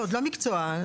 זה עוד לא מקצוע למעשה.